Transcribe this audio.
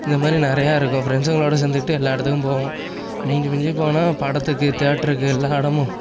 இந்த மாதிரி நிறையா இருக்கும் ஃப்ரெண்ட்ஸுங்களோடு சேர்ந்துக்கிட்டு எல்லா இடத்துக்கும் போவோம் மிஞ்சி மிஞ்சி போனால் படத்துக்கு தேட்டருக்கு எல்லா இடமும்